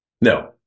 No